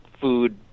food